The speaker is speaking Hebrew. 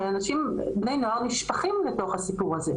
הרי, בני נוער נשפכים לתוך הסיפור הזה.